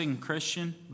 Christian